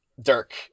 Dirk